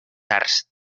arts